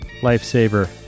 Lifesaver